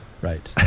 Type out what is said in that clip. Right